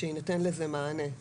שיינתן לזה מענה.